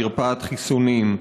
מרפאת חיסונים,